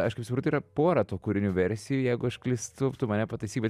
aišku tai yra pora tų kūrinių versijų jeigu aš klystu tu mane pataisykit bet